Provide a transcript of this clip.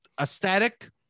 Aesthetic